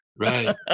Right